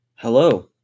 Hello